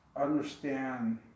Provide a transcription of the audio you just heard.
understand